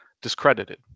discredited